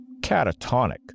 Catatonic